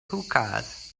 hookahs